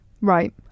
right